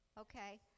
Okay